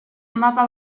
mapa